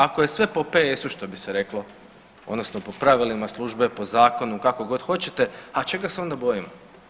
Ako je sve po PS što bi se reklo odnosno po pravilima službe, po zakonu kakogod hoćete, a čega se onda bojimo?